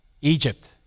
Egypt